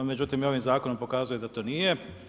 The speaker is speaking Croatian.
Međutim ovim zakonom pokazuje da to nije.